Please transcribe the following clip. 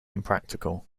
impractical